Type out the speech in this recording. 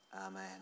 amen